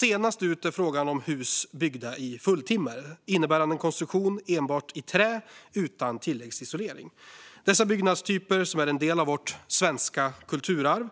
Senast ut är frågan om hus byggda i fulltimmer, innebärande en konstruktion enbart i trä utan tilläggsisolering. Dessa byggnadstyper, som är en del av vårt svenska kulturarv och